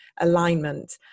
alignment